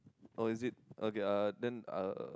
oh is it okay uh then uh